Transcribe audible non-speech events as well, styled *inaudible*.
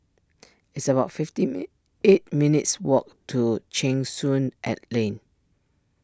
it's about fifty *unintelligible* eight minutes' walk to Cheng Soon at Lane